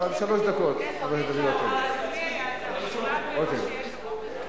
אבל, שלוש דקות, חבר הכנסת דוד רותם.